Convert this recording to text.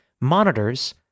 monitors